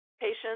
patients